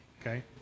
Okay